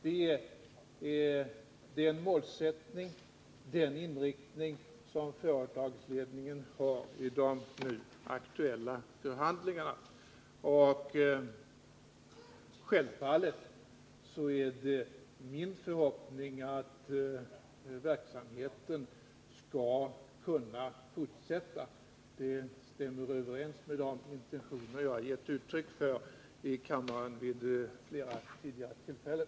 Det är den målsättning och den inriktning som företagsledningen har i de nu aktuella förhandlingarna. Självfallet är min förhoppning att verksamheten skall kunna fortsätta. Det överensstämmer med de intentioner som jag har givit uttryck för i kammaren vid flera tidigare tillfällen.